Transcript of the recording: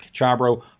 Chabro